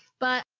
but.